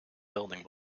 building